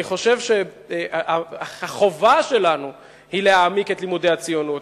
אני חושב שהחובה שלנו היא להעמיק את לימודי הציונות.